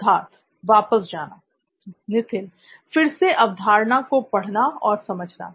सिद्धार्थ वापस जाना नित्थिन फिर से अवधारणा को पढ़ना और समझना